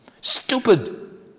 Stupid